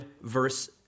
verse